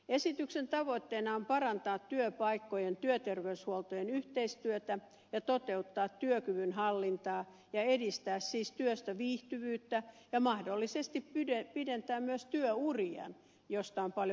esityksen tavoitteena on parantaa työpaikkojen työterveyshuoltojen yhteistyötä ja toteuttaa työkyvyn hallintaa ja edistää siis työssäviihtyvyyttä ja mahdollisesti pidentää myös työuria mistä on paljon puhuttu